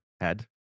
head